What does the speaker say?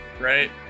Right